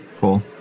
Cool